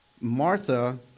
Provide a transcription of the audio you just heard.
Martha